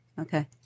Okay